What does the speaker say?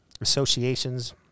associations